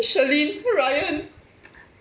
shirleen ryan